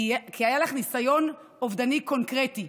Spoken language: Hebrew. כי היה לך ניסיון אובדני קונקרטי.